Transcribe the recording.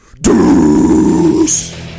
Deuce